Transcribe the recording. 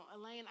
Elaine